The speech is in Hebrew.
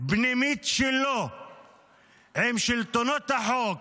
פנימית שלו עם שלטונות החוק